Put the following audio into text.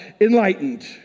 Enlightened